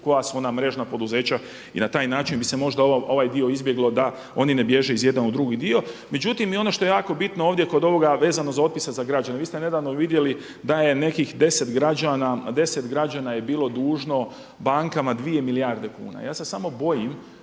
koja su ona mrežna poduzeća i na taj način bi se možda ovaj dio izbjegle da oni ne bježe iz jedan u drugi dio. Međutim i ono što je jako bitno ovdje kod ovoga vezano za otpise za građane. Vi ste nedavno vidjeli da je nekih 10 građana je bilo dužno bankama dvije milijarde kuna. Ja se samo bojim